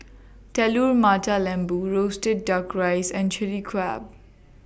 Telur Mata Lembu Roasted Duck Rice and Chilli Crab